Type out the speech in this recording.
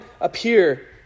appear